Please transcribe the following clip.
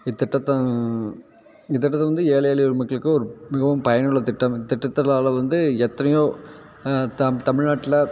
இத்திட்டத்தை இத்திட்டத்தை வந்து ஏழை எளிய மக்களுக்கு ஒரு மிகவும் பயனுள்ளத் திட்டம் இத்திட்டத்துனால் வந்து எத்தனையோ த தமிழ்நாட்டில்